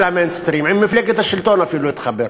ה"מיינסטרים"; עם מפלגת השלטון אפילו התחבר.